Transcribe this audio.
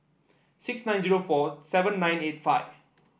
six nine zero four seven nine eight five